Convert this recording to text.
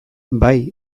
bai